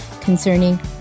concerning